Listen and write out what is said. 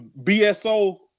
BSO